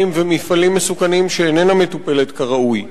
ומפעלים מסוכנים שאיננה מטופלת כראוי,